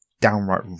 downright